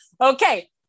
Okay